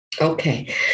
Okay